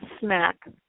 snack